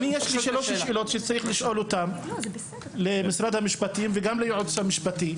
יש לי שאלות שצריך לשאול אותן את משרד המשפטים וגם את היועצת המשפטית.